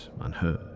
unheard